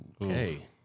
okay